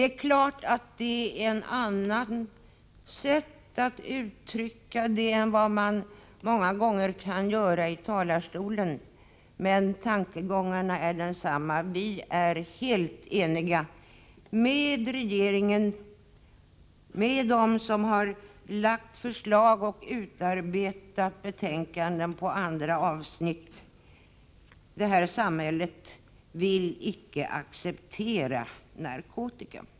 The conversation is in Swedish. Här har visserligen valts ett annat uttryckssätt än vad som många gånger kommer till användning från talarstolen, men det är samma tankegångar som ligger bakom. Vi är helt eniga med regeringen och med dem som lagt fram förslag och utarbetat betänkanden på andra avsnitt: vårt samhälle vill icke acceptera narkotika.